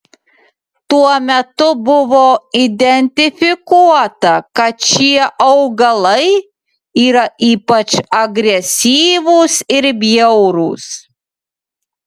tuo metu buvo identifikuota kad šie augalai yra ypač agresyvūs ir bjaurūs